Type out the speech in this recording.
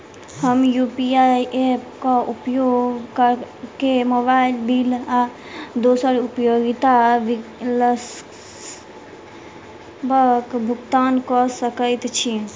हम UPI app क उपयोग करके मोबाइल बिल आ दोसर उपयोगिता बिलसबक भुगतान कर सकइत छि